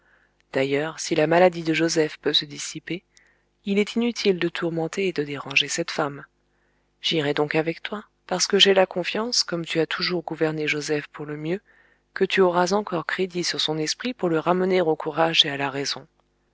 d'ailleurs si la maladie de joseph peut se dissiper il est inutile de tourmenter et de déranger cette femme j'irai donc avec toi parce que j'ai la confiance comme tu as toujours gouverné joseph pour le mieux que tu auras encore crédit sur son esprit pour le ramener au courage et à la raison